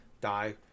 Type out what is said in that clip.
die